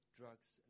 drugs